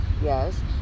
Yes